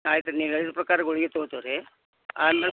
ಆಯ್ತು ನೀವು ಹೇಳಿದ ಪ್ರಕಾರ ಗುಳ್ಗೆ ತೊಗೊತೀವಿ ರೀ ಆಮೇಲೆ